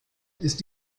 ist